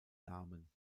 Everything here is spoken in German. namen